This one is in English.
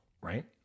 right